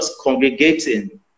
congregating